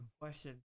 question